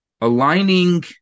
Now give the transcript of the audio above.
aligning